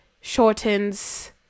shortens